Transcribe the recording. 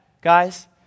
guys